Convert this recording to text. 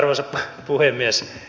arvoisa puhemies